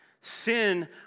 Sin